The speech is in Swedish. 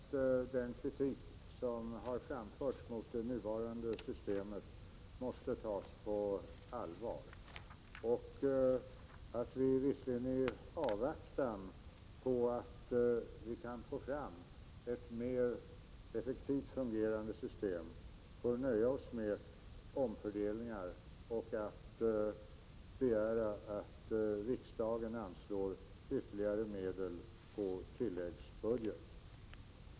Herr talman! Jag anser att den kritik som har framförts mot det nuvarande systemet måste tas på allvar. Vi får visserligen i avvaktan på att få fram ett mer effektivt fungerande system nöja oss med omfördelningar och begära att riksdagen anslår ytterligare medel på tilläggsbudget.